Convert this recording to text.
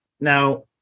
now